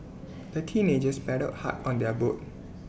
the teenagers paddled hard on their boat